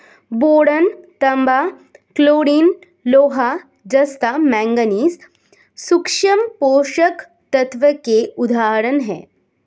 boron, तांबा, chlorine, लोहा, जस्ता, मैंगनीज सूक्ष्म पोषक तत्वों के उदाहरण हैं